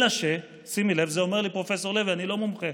אלא, את זה אומר לי פרופ' לוי, אני לא מומחה